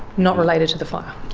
not related to the fire?